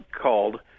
called